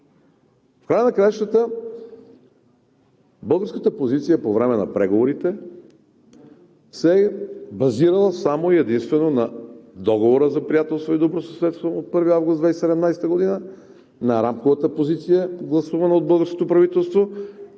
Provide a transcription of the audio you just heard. В края на краищата българската позиция по време на преговорите се е базирала само и единствено на Договора за приятелство и добросъседство от 1 август 2017 г., на рамковата позиция, гласувана от българското правителство